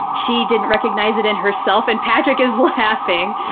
she didn't recognize it in herself, and patrick is laughing,